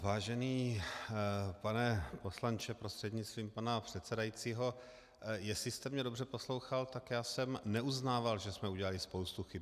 Vážený pane poslanče prostřednictvím pana předsedajícího, jestli jste mě dobře poslouchal, tak já jsem neuznával, že jsme udělali spoustu chyb.